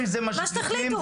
מה שתחליטו.